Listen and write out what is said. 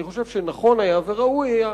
אני חושב שנכון היה וראוי היה,